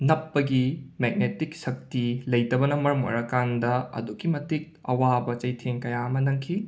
ꯅꯞꯄꯒꯤ magnetic ꯁꯛꯇꯤ ꯂꯩꯇꯕꯅ ꯃꯔꯝ ꯑꯣꯏꯔꯀꯥꯟꯗ ꯑꯗꯨꯛꯀꯤ ꯃꯇꯤꯛ ꯑꯋꯥꯕ ꯆꯩꯊꯦꯡ ꯀꯌꯥ ꯑꯃ ꯅꯪꯈꯤ